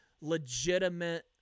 legitimate